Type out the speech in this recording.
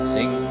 Sing